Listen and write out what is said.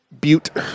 Butte